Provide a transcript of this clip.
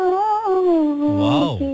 Wow